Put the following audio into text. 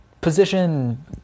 position